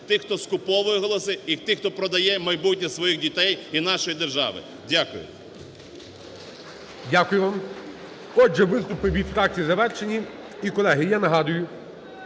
тих, хто скуповує голоси і тих, хто продає майбутнє своїх дітей, і нашої держави. Дякую. ГОЛОВУЮЧИЙ. Дякую вам. Отже, виступи від фракцій завершені. Колеги, я нагадую,